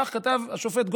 כך כתב השופט גורסץ'